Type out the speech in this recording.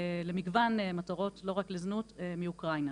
למגוון מטרות, לא רק לזנות, מאוקראינה,